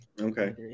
Okay